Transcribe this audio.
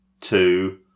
two